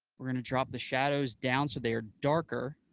we're going to drop the shadows down so they are darker,